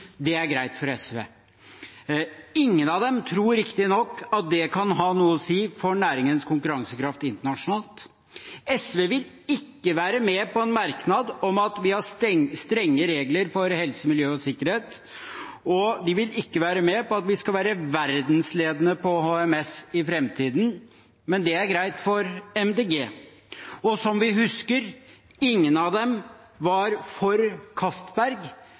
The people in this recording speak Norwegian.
det er greit for SV. Ingen av dem tror riktignok at det kan ha noe å si for næringens konkurransekraft internasjonalt. SV vil ikke være med på en merknad om at vi har strenge regler for helse, miljø og sikkerhet, og de vil ikke være med på at vi skal være verdensledende på HMS i framtiden, men det er greit for Miljøpartiet De Grønne. Som vi husker, var ingen av dem for